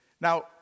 Now